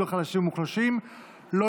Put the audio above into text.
לחלשים ולמוחלשים בעקבות דוח מבקר המדינה התשפ"ב,